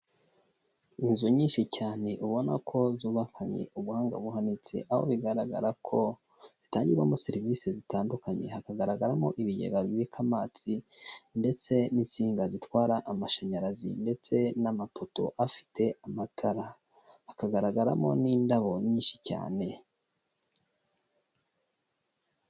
Inzu nyinshi cyane ubona ko zubakanye ubuhanga buhanitse aho bigaragara ko zitangirwamo serivisi zitandukanye hakagaragaramo ibigega bibika amazi ndetse n'insinga zitwara amashanyarazi ndetse n'amapoto afite amatara hakagaragaramo n'indabo nyinshi cyane.